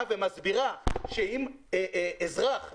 כשאתה ואני יושבי-ראש השדולה שלהם,